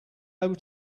able